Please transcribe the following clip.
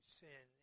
sin